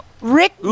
Rick